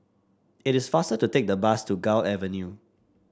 it is faster to take the bus to Gul Avenue